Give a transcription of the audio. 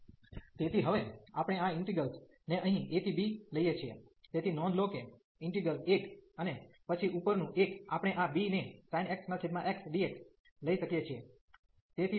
તેથી હવે આપણે આ ઇન્ટિગ્રેલ્સ ને અહીં a થી b લઈએ છીએ તેથી નોંધ લો કે ઈન્ટિગ્રલ એક અને પછી ઉપરનું એક આપણે આ b ને sin x xdx લઈ શકીએ છીએ